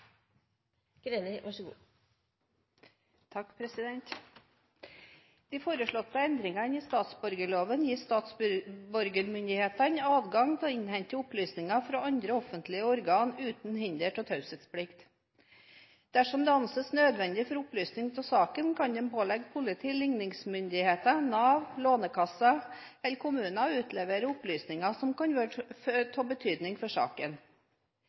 De foreslåtte endringene i statsborgerloven gir statsborgermyndighetene adgang til å innhente opplysninger fra andre offentlige organer, uten hinder av taushetsplikt. Dersom det anses nødvendig for opplysning av saken, kan de pålegge politi, ligningsmyndigheter, Nav, Lånekassen eller kommunene å utlevere opplysninger som kan være av betydning for saken.